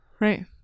right